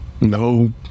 no